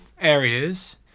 areas